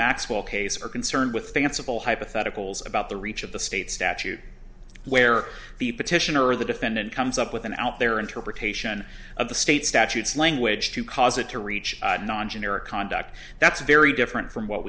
maxwell case are concerned with fanciful hypotheticals about the reach of the state statute where the petitioner or the defendant comes up with an out their interpretation of the state statutes language to call is it to reach non generic conduct that's very different from what